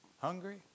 Hungry